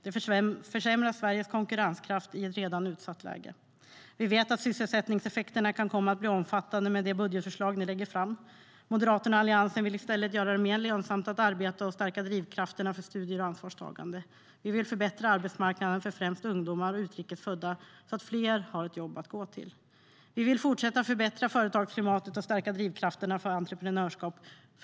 Det försämrar Sveriges konkurrenskraft i ett redan utsatt läge. Vi vet att sysselsättningseffekterna kan komma att bli omfattande med de budgetförslag ni lägger fram. Moderaterna och Alliansen vill i stället göra det mer lönsamt att arbeta och stärka drivkrafterna för studier och ansvarstagande. Vi vill förbättra arbetsmarknaden för främst ungdomar och utrikes födda så att fler har ett jobb att gå till. Vi vill fortsätta att förbättra företagsklimatet och stärka drivkrafterna för entreprenörskap.